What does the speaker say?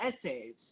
essays